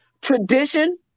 Tradition